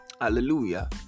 Hallelujah